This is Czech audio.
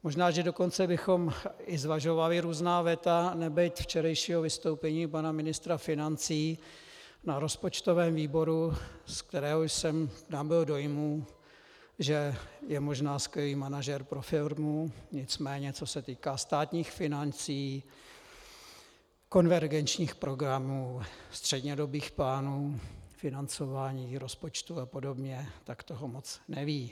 Možná že dokonce bychom i zvažovali různá veta, nebýt včerejšího vystoupení pana ministra financí na rozpočtovém výboru, ze kterého jsem nabyl dojmu, že je možná skvělý manažer pro firmu, nicméně co se týká státních financí, konvergenčních programů, střednědobých plánů, financování rozpočtu apod., tak toho moc neví.